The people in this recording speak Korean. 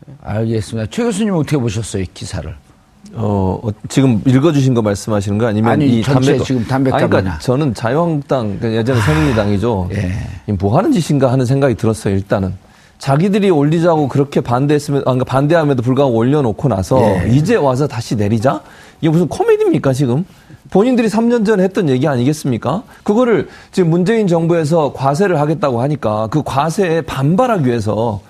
알겠습니다. 최 교수님은 어떻게 보셨어요, 이 기사를? 어, 어, 지금 읽어주신 거 말씀하시는 거? 아니면 아니, 이 전체 담배- 지금 담배 아니, 그러니까 값이나. 저는 자유한국당, 그러니까 예전에 아, 새누리당이죠. 예. 이게 뭐 하는 짓인가 하는 생각이 들었어요, 일단은. 자기들이 올리자고 그렇게 반대했으면- 아, 그러니까 반대함에도 불구하고 올려놓고 나서 예. 이제 와서 다시 내리자? 이게 무슨 코미디입니까, 지금? 본인들이 삼 년 전에 했던 얘기 아니겠습니까? 그거를 지금 문재인 정부에서 과세를 하겠다고 하니까 그 과세에 반발하기 위해서